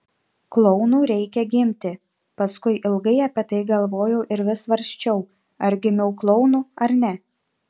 klounu reikia gimti paskui ilgai apie tai galvojau ir vis svarsčiau ar gimiau klounu ar ne